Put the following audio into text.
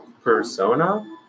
persona